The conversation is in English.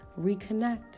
reconnect